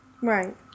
Right